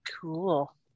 Cool